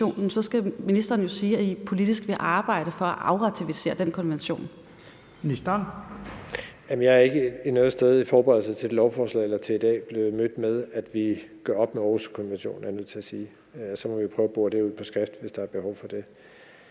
Jensen): Ministeren. Kl. 14:11 Ministeren for grøn trepart (Jeppe Bruus): Jeg er ikke noget sted i forberedelsen til et lovforslag eller til i dag blevet mødt med, at vi gør op med Århuskonventionen, er jeg nødt til at sige, og så må vi jo prøve at bore det ud på skrift, hvis der er et behov for det.